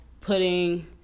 putting